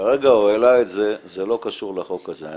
כרגע הוא העלה את זה, זה לא קשור לחוק הזה.